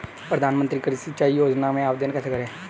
प्रधानमंत्री कृषि सिंचाई योजना में आवेदन कैसे करें?